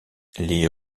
les